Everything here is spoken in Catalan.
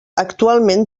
actualment